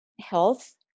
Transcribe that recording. health